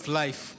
life